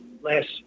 last